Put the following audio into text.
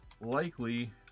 likely